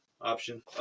option